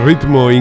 Ritmo